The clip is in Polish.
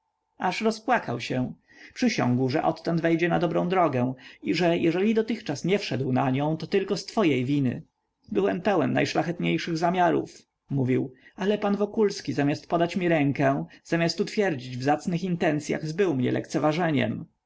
aż rozpłakał się przysiągł że odtąd wejdzie na dobrą drogę i że jeżeli dotychczas nie wszedł na nią to tylko z twojej winy byłem pełen najszlachetniejszych zamiarów mówił ale pan wokulski zamiast podać mi rękę zamiast utwierdzić w zacnych intencyach zbył mnie lekceważeniem